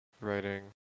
writing